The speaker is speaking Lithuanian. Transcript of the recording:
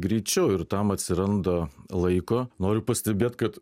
greičiau ir tam atsiranda laiko noriu pastebėt kad